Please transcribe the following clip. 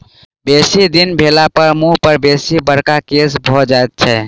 बेसी दिन भेलापर मुँह पर बेसी बड़का केश भ जाइत छै